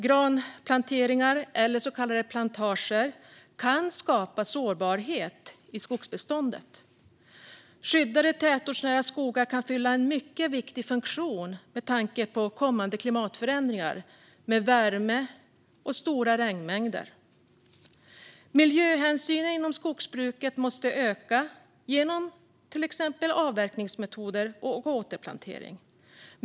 Granplanteringar eller så kallade plantager kan skapa sårbarhet i skogsbeståndet. Skyddade tätortsnära skogar kan fylla en mycket viktig funktion med tanke på kommande klimatförändringar, med värme och stora regnmängder. Miljöhänsynen inom skogsbruket måste öka genom till exempel avverkningsmetoder och återplantering.